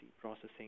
processing